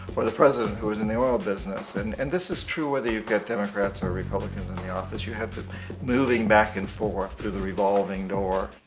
or the president who was in the oil business. and and this is true whether you get democrats or republicans in the office. you have moving back and forth through a revolving door.